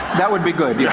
that would be good, yeah